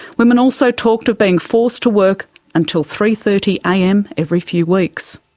women also talked of being forced to work until three. thirty am every few weeks.